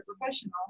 professional